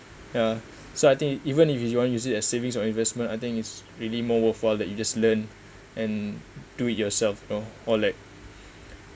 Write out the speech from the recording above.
ya so I think even if you want use it as savings or investment I think it's really more worthwhile that you just learn and do it yourself you know or like